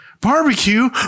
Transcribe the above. barbecue